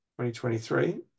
2023